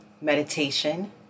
meditation